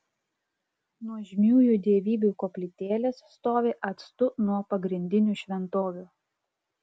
nuožmiųjų dievybių koplytėlės stovi atstu nuo pagrindinių šventovių